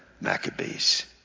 Maccabees